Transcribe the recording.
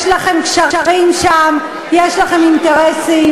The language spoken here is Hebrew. יש לכם קשרים שם, יש לכם אינטרסים.